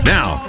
Now